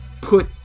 put